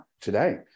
today